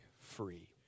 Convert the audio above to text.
free